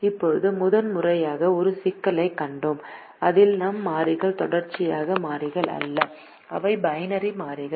இப்போது முதன் முறையாக ஒரு சிக்கலைக் கண்டோம் அதில் நம் மாறிகள் தொடர்ச்சியான மாறிகள் அல்ல அவை பைனரி மாறிகள்